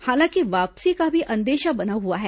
हालांकि वापसी का भी अंदेशा बना हआ है